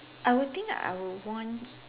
I will think I would want